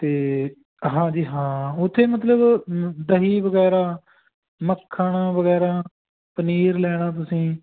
ਅਤੇ ਹਾਂਜੀ ਹਾਂ ਉੱਥੇ ਮਤਲਬ ਦਹੀਂ ਵਗੈਰਾ ਮੱਖਣ ਵਗੈਰਾ ਪਨੀਰ ਲੈਣਾ ਤੁਸੀਂ